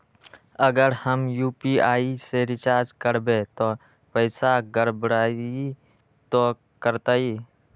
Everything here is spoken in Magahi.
अगर हम यू.पी.आई से रिचार्ज करबै त पैसा गड़बड़ाई वो करतई?